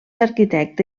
arquitecte